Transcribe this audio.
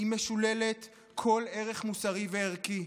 היא משוללת כל ערך מוסרי וערכי.